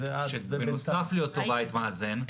שבנוסף להיותו בית מאזן,